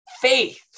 faith